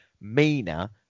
meaner